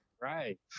Right